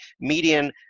median